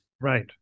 right